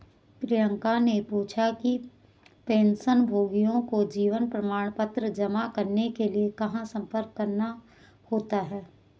प्रियंका ने पूछा कि पेंशनभोगियों को जीवन प्रमाण पत्र जमा करने के लिए कहाँ संपर्क करना होता है?